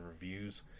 reviews